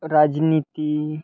राजनीती